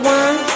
one